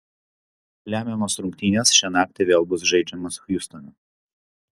lemiamos rungtynės šią naktį vėl bus žaidžiamos hjustone